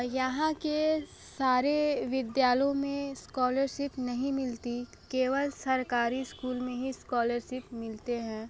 यहाँ के सारे विद्यालयों में स्कॉलरशिप नहीं मिलती केवल सरकारी स्कूल में ही स्कॉलरशिप मिलते हैं